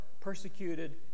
persecuted